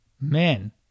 men